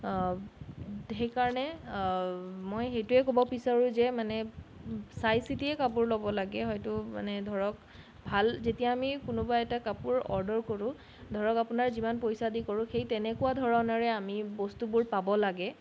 সেইকাৰণে মই এইটোৱেই ক'ব বিচাৰো যে মানে চাইচিতিয়েই কাপোৰ ল'ব লাগে হয়টো মানে ধৰক ভাল যেতিয়া আমি কোনোবা এটা কাপোৰ অৰ্ডাৰ কৰোঁ ধৰক আপোনাৰ যিমান পইচা দি কৰোঁ সেই তেনেকুৱা ধৰণেৰে আমি বস্তুবোৰ পাব লাগে